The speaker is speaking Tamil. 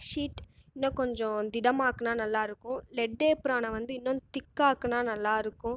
ஷீட் இன்னும் கொஞ்சம் திடமாக்குனா நல்லாயிருக்கும் லெட்டேப்புரான வந்து இன்னும் திக் ஆக்குனால் நல்லாயிருக்கும்